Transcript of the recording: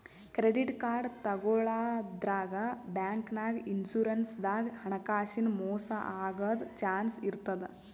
credit card ತಗೋಳಾದ್ರಾಗ್, ಬ್ಯಾಂಕ್ನಾಗ್, insurance ದಾಗ್ ಹಣಕಾಸಿನ್ ಮೋಸ್ ಆಗದ್ ಚಾನ್ಸ್ ಇರ್ತದ್